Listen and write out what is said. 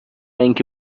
اینکه